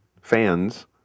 fans